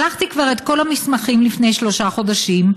שלחתי כבר את כל המסמכים לפני שלושה חודשים,